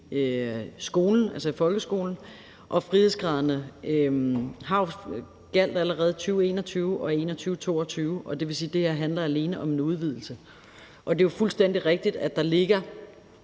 i folkeskolen. Frihedsgraderne gjaldt allerede i 2020/21 og i 2021/22, og det vil sige, at det her alene handler om en udvidelse. Det er fuldstændig rigtigt, at der ligger